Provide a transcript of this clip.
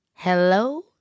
Hello